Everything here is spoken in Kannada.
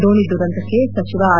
ದೋಣಿ ದುರಂತಕ್ಕೆ ಸಚಿವ ಆರ್